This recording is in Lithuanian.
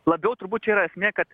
labiau turbūt čia yra esmė kad